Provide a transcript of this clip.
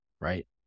right